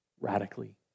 radically